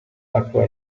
acqua